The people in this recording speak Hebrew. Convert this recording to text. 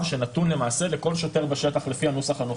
שנתון למעשה לכל שוטר בשטח לפי הנוסח הנוכחי.